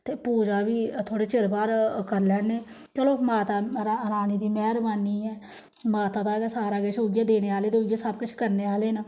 ते पूजा बी थोह्ड़े चिरै बाद करी लैन्नें चलो माता रा रानी दी मेह्रबानी ऐ माता दा गै सारा किश उ'ऐ देने आह्ले ते उ'ऐ सब किश करने आह्ले न